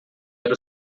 era